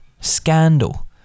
scandal